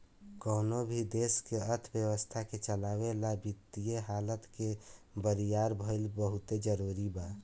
कवनो भी देश के अर्थव्यवस्था के चलावे ला वित्तीय हालत के बरियार भईल बहुते जरूरी बा